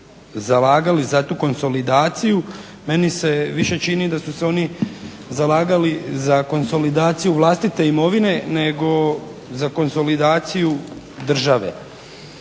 zalagali za tu konsolidaciju meni se više čini da su se oni zalagali za konsolidaciju vlastite imovine nego za konsolidaciju države